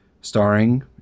starring